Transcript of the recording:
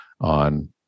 on